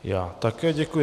Já také děkuji.